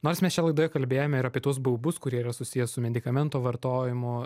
nors mes čia laidoje kalbėjome ir apie tuos baubus kurie yra susiję su medikamento vartojimu